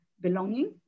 belonging